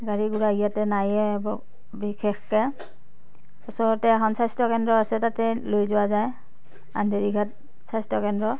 গাড়ী ঘূৰা ইয়াতে নাইয়ে বিশেষকে ওচৰতে এখন স্বাস্থ্যকেন্দ্ৰ আছে তাতে লৈ যোৱা যায় আন্ধেৰীঘাট স্বাস্থ্যকেন্দ্ৰ